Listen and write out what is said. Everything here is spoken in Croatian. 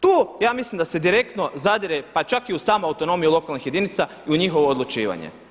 Tu ja mislim da se direktno zadire pa čak i u samu autonomiju lokalnih jedinica i u njihovo odlučivanje.